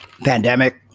pandemic